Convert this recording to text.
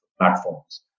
platforms